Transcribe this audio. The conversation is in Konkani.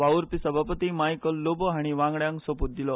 वावुरपी सभापती मायकल लोबो हाणी वांगड्यांक सोपूत दीलो